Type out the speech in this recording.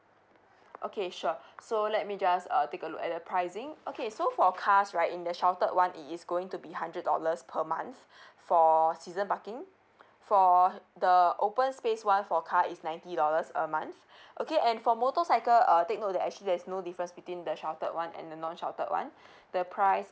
okay sure so let me just uh take a look at the pricing okay so for cars right in the sheltered one it is going to be hundred dollars per month for season parking for the open space one for car is ninety dollars a month okay and for motorcycle uh take note that actually as no difference between the sheltered one and the non sheltered one the price